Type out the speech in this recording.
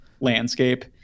landscape